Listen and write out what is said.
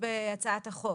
ככה יוצא, נכון?